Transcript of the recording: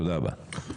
תודה רבה.